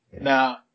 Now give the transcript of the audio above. Now